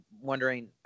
wondering